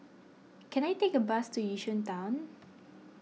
can I take a bus to Yishun Town